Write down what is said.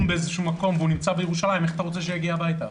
באיזשהו מקום והוא נמצא בירושלים יגיע הביתה?